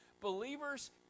believers